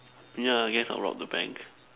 yeah guess I'll rob the bank